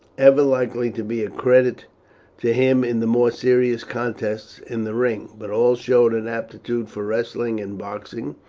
ever likely to be a credit to him in the more serious contests in the ring, but all showed an aptitude for wrestling and boxing,